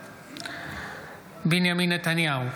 אינו נוכח בנימין נתניהו,